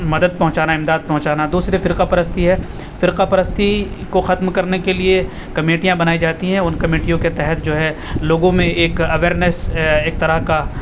مدد پہنچانا امداد پہنچانا دوسرے فرقہ پرستی ہے فرقہ پرستی کو ختم کرنے کے لیے کمیٹیاں بنائی جاتی ہیں ان کمیٹیوں کے تحت جو ہے لوگوں میں ایک اویئیرنیس ایک طرح کا